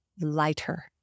Lighter